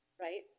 right